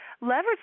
leverage